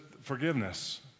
forgiveness